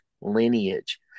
lineage